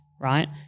right